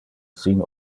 sin